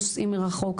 נוסעים מרחוק.